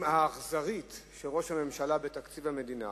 האכזרית של ראש הממשלה בתקציב המדינה